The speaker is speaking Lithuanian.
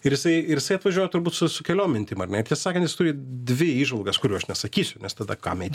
ir jisai ir jisai atvažiuoja turbūt su su keliom mintim ar ne ir tiesą sakant jis turi dvi įžvalgas kurių aš nesakysiu nes tada kam eit